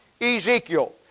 Ezekiel